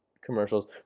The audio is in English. commercials